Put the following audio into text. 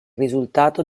risultato